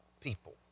people